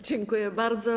Dziękuję bardzo.